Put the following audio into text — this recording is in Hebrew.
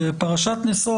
ופרשת נשא,